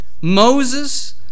Moses